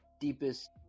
deepest